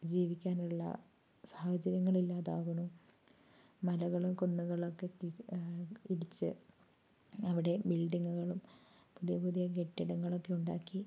ജീവിക്കാനുള്ള സാഹചര്യങ്ങൾ ഇല്ലാതാകുണു മലകളും കുന്നുകളും ഒക്കെ ഇടിച്ച് അവിടെ ബിൽഡിങ്ങുകളും പുതിയ പുതിയ കെട്ടിടങ്ങളൊക്കെ ഉണ്ടാക്കി